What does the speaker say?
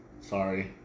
Sorry